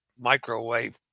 microwave